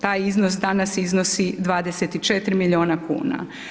Taj iznos danas iznosi 24 milijuna kn.